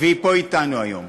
והיא פה אתנו היום.